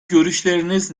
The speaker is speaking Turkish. görüşleriniz